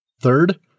Third